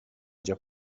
già